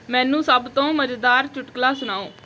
ਮੈਨੂੰ ਸਭ ਤੋਂ ਮਜ਼ੇਦਾਰ ਚੁਟਕਲਾ ਸੁਣਾਓ